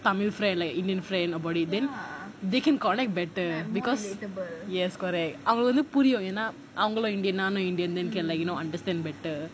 tamil friend like indian friend about it then they can connect better because yes correct அவங்க வந்து புரியும் என்ன அவங்களும்:avanga vanthu puriyum enna avangalum indian நானும்:naanum indian like you know understand better